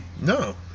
No